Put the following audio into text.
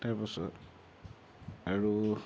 তাৰপাছত আৰু